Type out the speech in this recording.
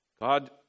God